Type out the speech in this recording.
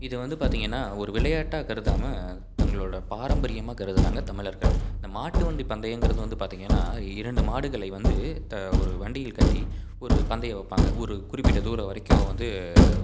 இதை வந்து பார்த்திங்கன்னா ஒரு விளையாட்டாக கருதாமல் தங்களோட பாரம்பரியமாக கருதுகிறாங்க தமிழர்கள் இந்த மாட்டு வண்டி பந்தயங்கிறது வந்து பார்த்திங்கன்னா இரண்டு மாடுகளை வந்து த ஒரு வண்டியில் கட்டி ஒரு பந்தயம் வைப்பாங்க ஒரு குறிப்பிட்ட தூரம் வரைக்கும் வந்து